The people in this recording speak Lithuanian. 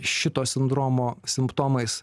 šito sindromo simptomais